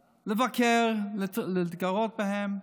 לבקר, להתגרות בהם,